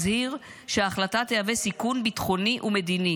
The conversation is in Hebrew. הזהיר שההחלטה תהווה סיכון ביטחוני ומדיני.